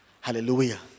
Hallelujah